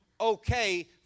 okay